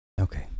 Okay